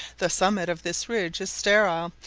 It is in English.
the summit of this ridge is sterile,